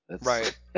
Right